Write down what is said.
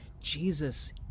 Jesus